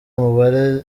umubare